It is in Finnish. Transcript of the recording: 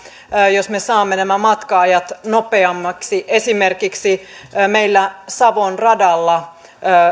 jos me saamme matka ajat nopeammaksi esimerkiksi meillä savon radalla